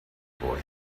boy